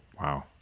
Wow